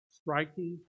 Striking